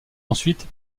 ensuite